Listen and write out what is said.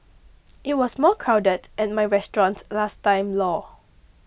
it was more crowded at my restaurant last time lor